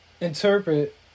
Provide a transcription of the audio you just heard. interpret